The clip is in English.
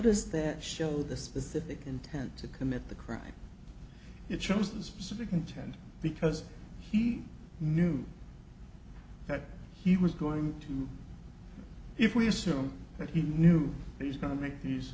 does that show the specific intent to commit the crime it shows the specific intent because he knew that he was going to if we assume that he knew he was going to make these